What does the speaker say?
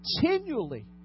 continually